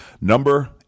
Number